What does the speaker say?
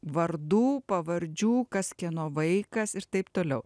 vardų pavardžių kas kieno vaikas ir taip toliau